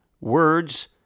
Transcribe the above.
Words